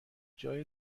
جای